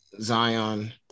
Zion